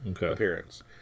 appearance